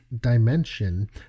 dimension